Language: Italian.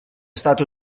stato